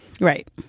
Right